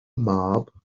mab